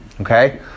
Okay